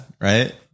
right